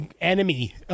enemy